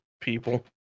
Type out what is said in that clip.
people